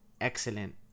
excellent